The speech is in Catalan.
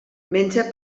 menja